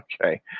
Okay